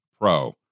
pro